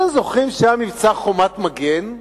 אתם זוכרים שהיה מבצע "חומת מגן"